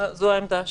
זו העמדה שלנו.